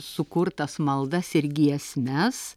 sukurtas maldas ir giesmes